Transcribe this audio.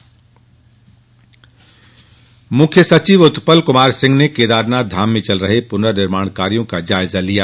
जायजा मुख्य सचिव उत्पल कुमार सिंह ने केदारनाथ धाम में चल रहे पुनर्निर्माण कार्यों का जायजा लिया